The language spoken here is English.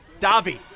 Davi